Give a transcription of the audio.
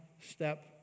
step